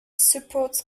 supports